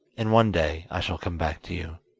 and one day i shall come back to you